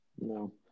No